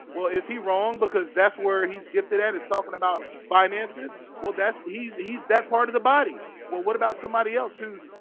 well is he wrong because that's where he's gifted at is talking about finances well, that's he's he's that part of the body well what about somebody else? who's?